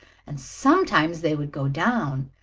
and sometimes they would go down,